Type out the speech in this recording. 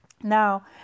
now